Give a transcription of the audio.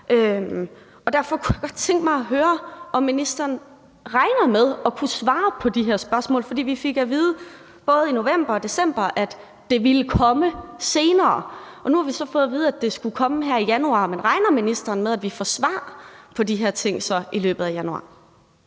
Derfor kunne jeg godt tænke mig at høre, om ministeren regner med at kunne svare på de her spørgsmål, for vi fik at vide både i november og i december, at det ville komme senere, og nu har vi så fået at vide, at det skulle komme her i januar. Men regner ministeren med, at vi så får svar på de her ting i løbet af januar?